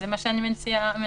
אז זה מה שאני מנסה להציע.